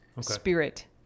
spirit